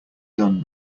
done